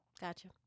gotcha